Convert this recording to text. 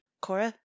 Cora